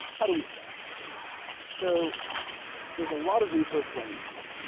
how do we start so there's a lot of resources on the internet